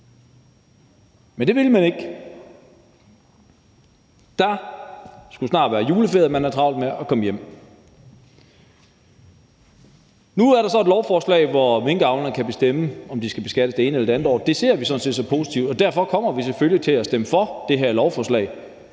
Men det ville man ikke. Der skulle snart være juleferie, og man havde travlt med at komme hjem. Nu er der så et lovforslag, hvor minkavlerne kan bestemme, om de skal beskattes det ene eller det andet år. Det ser vi sådan set som positivt, og derfor kommer vi selvfølgelig til at stemme for det her lovforslag,